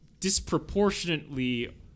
disproportionately